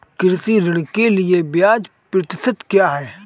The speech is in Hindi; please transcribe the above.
कृषि ऋण के लिए ब्याज प्रतिशत क्या है?